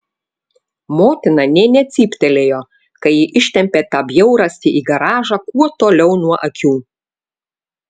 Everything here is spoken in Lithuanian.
motina nė necyptelėjo kai ji ištempė tą bjaurastį į garažą kuo toliau nuo akių